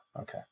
Okay